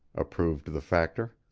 approved the factor.